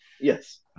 Yes